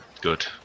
Good